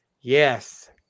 Yes